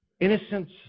Innocence